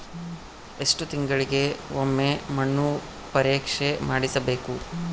ಎಷ್ಟು ತಿಂಗಳಿಗೆ ಒಮ್ಮೆ ಮಣ್ಣು ಪರೇಕ್ಷೆ ಮಾಡಿಸಬೇಕು?